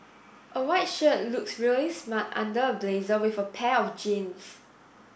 a white shirt looks really smart under a blazer with a pair of jeans